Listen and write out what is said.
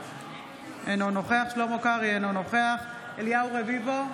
אינו נוכח שלמה קרעי, אינו נוכח אליהו רביבו,